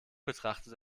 betrachtet